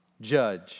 judge